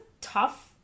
tough